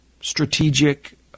strategic